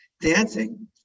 dancing